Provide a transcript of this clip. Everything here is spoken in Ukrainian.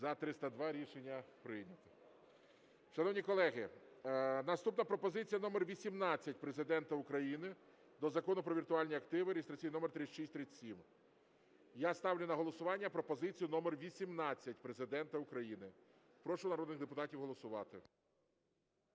За-302 Рішення прийнято. Шановні колеги, наступна пропозиція номер 18 Президента України до Закону "Про віртуальні активи" (реєстраційний номер 3637). Я ставлю на голосування пропозицію номер 18 Президента України. Прошу народних депутатів голосувати.